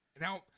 Now